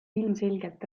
ilmselgelt